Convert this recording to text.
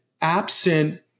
absent